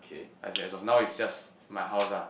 as is as of now is just my house ah